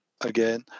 Again